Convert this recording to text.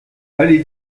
allez